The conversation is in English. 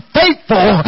faithful